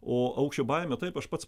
o aukščio baimę taip aš pats